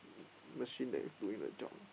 machine that is doing the job